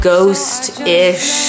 ghost-ish